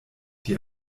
die